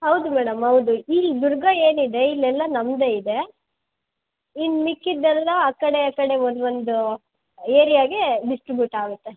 ಹೌದು ಮೇಡಮ್ ಹೌದು ಇಲ್ಲಿ ದುರ್ಗ ಏನಿದೆ ಇಲ್ಲೆಲ್ಲ ನಮ್ಮದೇ ಇದೆ ಇನ್ನು ಮಿಕ್ಕಿದ್ದೆಲ್ಲ ಆ ಕಡೆ ಆ ಕಡೆ ಒಂದೊಂದು ಏರಿಯಾಗೆ ಡಿಸ್ಟ್ರಿಬ್ಯೂಟ್ ಆಗುತ್ತೆ